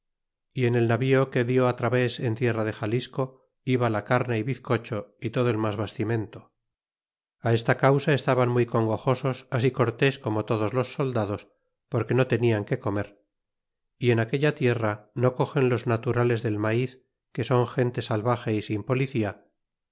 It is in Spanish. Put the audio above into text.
y en el navío que dió al traves en tierra de xalisco iba la carne y biscocho y todo el mas bastimento á esta causa estaban muy congojosos así cortés como todos los soldados porque no tenia que comer y en aquella tima no cogen los naturales del maíz que son gente salvaje y sin policía